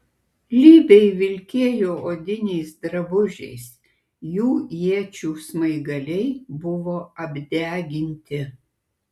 libiai vilkėjo odiniais drabužiais jų iečių smaigaliai buvo apdeginti